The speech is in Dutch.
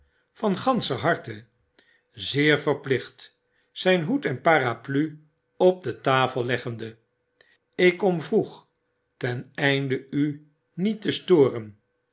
van ganscher harte zeer verplicht zjn hoed en parapluie op de tafel leggende ik kom vroeg ten einde u niet te storen